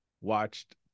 watched